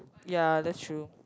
ya that's true